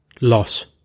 loss